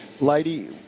Lady